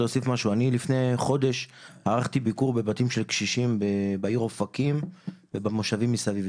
אני לפני חודש ערכתי ביקור בבתים של קשישים בעיר אופקים ובמושבים מסביב,